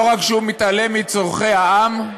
לא רק שהוא מתעלם מצורכי העם,